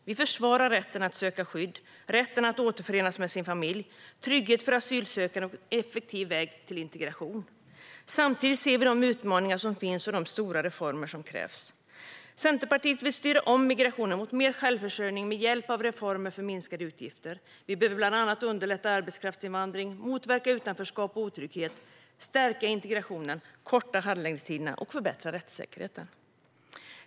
Vi försvarar rätten att söka skydd, rätten att återförenas med sin familj, trygghet för asylsökande och en effektiv väg till integration. Samtidigt ser vi de utmaningar som finns och de stora reformer som krävs. Centerpartiet vill styra om migrationen mot mer självförsörjning med hjälp av reformer för minskade utgifter. Vi behöver bland annat underlätta arbetskraftsinvandring, motverka utanförskap och otrygghet, stärka integrationen, korta handläggningstiderna och förbättra rättssäkerheten.